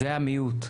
זה המיעוט,